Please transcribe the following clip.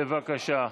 בבקשה.